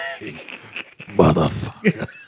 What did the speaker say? motherfucker